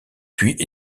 puis